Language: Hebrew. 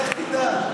לך תדע.